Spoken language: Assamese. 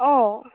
অঁ